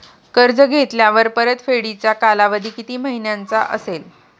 कर्ज घेतल्यावर परतफेडीचा कालावधी किती महिन्यांचा असेल?